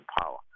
power